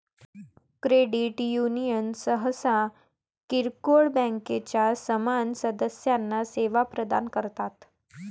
credit union सहसा किरकोळ बँकांच्या समान सदस्यांना सेवा प्रदान करतात